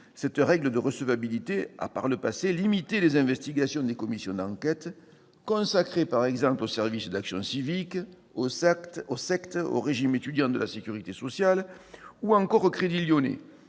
Cette règle de recevabilité a, par le passé, limité les investigations des commissions d'enquête consacrées au Service d'action civique, aux sectes, au régime étudiant de la sécurité sociale ou encore au Crédit lyonnais,